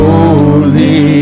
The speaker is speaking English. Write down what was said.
Holy